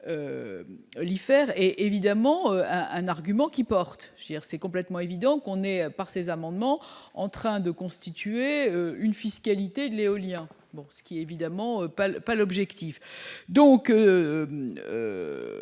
l'hiver et évidemment un argument qui porte, c'est complètement évident qu'on est, par ses amendements en train de constituer une fiscalité de l'éolien, ce qui évidemment pas le pas l'objectif